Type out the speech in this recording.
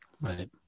Right